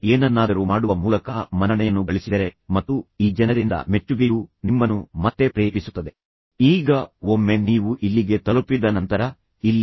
ತದನಂತರ ಮಗ ಮುಂದಿನದು ಅದು ಬಹಳ ಸಣ್ಣ ಸೌಮ್ಯ ಪ್ರಚೋದನೆಯಾಗಿದೆ ಆದರೆ ನಂತರ ಮಗನು ಪ್ರಚೋದಿಸಲ್ಪಡುತ್ತಾನೆ ಮುಂದೆ ಆತ ಹೇಳುತ್ತಾನೆ ನೀವು ತುಂಬಾ ನೀಚ ತಂದೆ